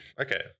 Okay